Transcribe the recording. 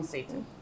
Satan